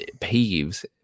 Peeves